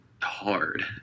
hard